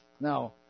Now